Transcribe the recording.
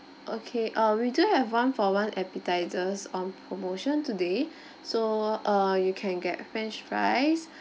okay uh we do have one for one appetisers on promotion today so err you can get french fries